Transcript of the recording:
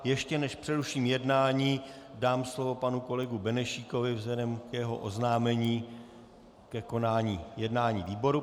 Ještě než přeruším jednání, dám slovo panu kolegu Benešíkovi vzhledem k jeho oznámení ke konání jednání výboru.